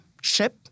ship